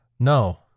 No